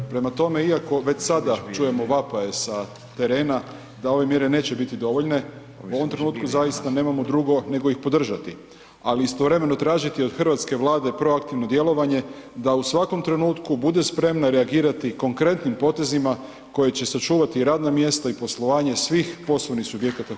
Prema tome, iako već sada čujemo vapaje sa terena da ove mjere neće biti dovoljne, u ovom trenutku zaista nemamo drugo nego ih podržati, ali istovremeno tražiti od hrvatske Vlade proaktivno djelovanje da u svakom trenutku bude spremna reagirati konkretnim potezima koje će sačuvati i radna mjesta i poslovanje svih poslovnih subjekata u RH.